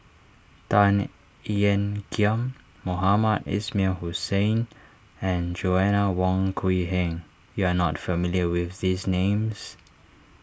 Tan Ean Kiam Mohamed Ismail Hussain and Joanna Wong Quee Heng you are not familiar with these names